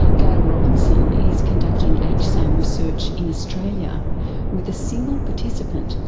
gail robinson is conducting hsam research in australia with a single participant,